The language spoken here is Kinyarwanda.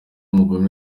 mugore